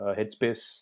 Headspace